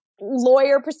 lawyer